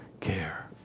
care